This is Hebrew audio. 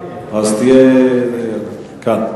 אז תהיה כאן.